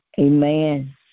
Amen